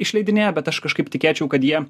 išleidinėja bet aš kažkaip tikėčiau kad jie